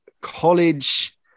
college